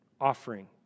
offering